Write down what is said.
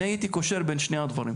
אני הייתי קושר בין שני הדברים.